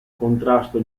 contrasto